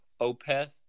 Opeth